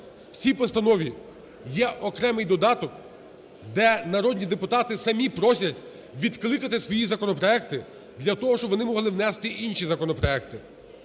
В цій постанові є окремий додаток, де народні депутати самі просять відкликати свої законопроекти для того, щоб вони могли внести інші законопроекти.